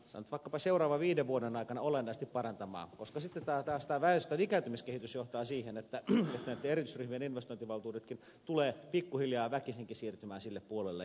se asuinoloja vaikkapa seuraavan viiden vuoden aikana olennaisesti parantamaan koska sitten taas väestön ikääntymiskehitys johtaa siihen että nämä erityisryhmien investointivaltuudetkin tulevat pikkuhiljaa väkisinkin siirtymään sille puolelle